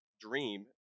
dream